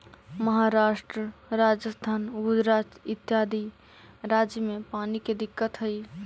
महाराष्ट्र, राजस्थान, गुजरात इत्यादि राज्य में पानी के दिक्कत हई